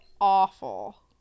awful